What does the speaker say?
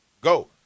go